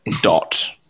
dot